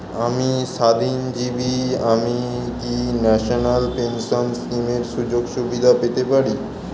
আমি স্বাধীনজীবী আমি কি ন্যাশনাল পেনশন স্কিমের সুযোগ সুবিধা পেতে পারি?